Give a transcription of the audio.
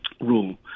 rule